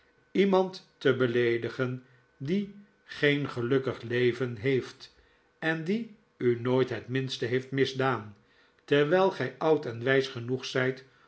iemand te beleedigen die geen gelukkig leven heeft en die u nooit het minste heeft misdaan terwijl gij oud en wijs genoeg zijt